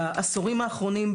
בעשורים האחרונים,